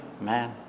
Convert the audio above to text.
man